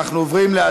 ובכן,